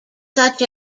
such